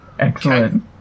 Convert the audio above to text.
Excellent